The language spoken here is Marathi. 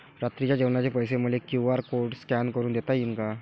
रात्रीच्या जेवणाचे पैसे मले क्यू.आर कोड स्कॅन करून देता येईन का?